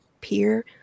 peer